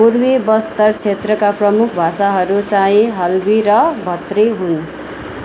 पूर्वी बस्तर क्षेत्रका प्रमुख भाषाहरू चाहिँ हल्बी र भत्री हुन्